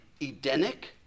Edenic